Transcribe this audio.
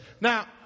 Now